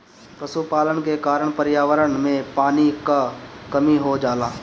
पशुपालन के कारण पर्यावरण में पानी क कमी हो जाला